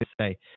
say